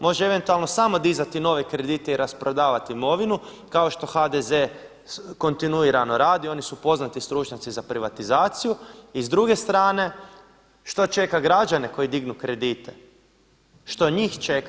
Može eventualno samo dizati nove kredite i rasprodavat imovinu kao što HDZ kontinuirano radi, oni su poznati stručnjaci za privatizaciju i s druge strane građena koji dignu kredite, što njih čeka?